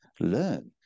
learn